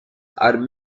are